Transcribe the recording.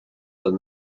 than